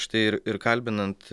štai ir ir kalbinant